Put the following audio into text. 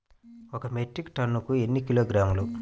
ఒక మెట్రిక్ టన్నుకు ఎన్ని కిలోగ్రాములు?